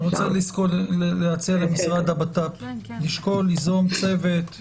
רוצה להציע למשרד הבט"פ לשקול ליזום צוות.